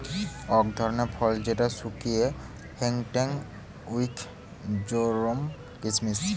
অক ধরণের ফল যেটা শুকিয়ে হেংটেং হউক জেরোম কিসমিস